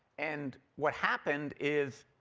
and what happened is,